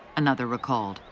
another recalled,